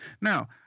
Now